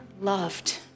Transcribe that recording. loved